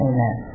Amen